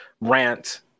rant